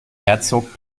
herzog